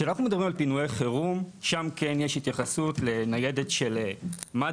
כשאנחנו מדברים על פינויי חירום שם כן יש התייחסות לניידת של מד"א,